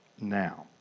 now